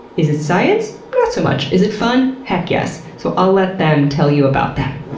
is it science? not so much. is it fun? heck yes! so i'll let them tell you about them.